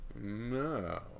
No